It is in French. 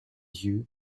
yeux